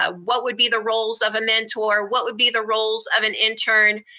ah what would be the roles of a mentor, what would be the roles of an intern.